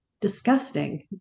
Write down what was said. disgusting